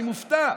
אני מופתע,